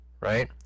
right